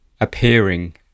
appearing